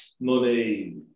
money